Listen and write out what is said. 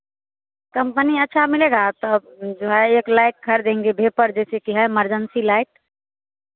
company अच्छा मिलेगा तब जो है एक लाइट खरीदेंगे भेपर जैसे कि है इमरजेंसी लाइट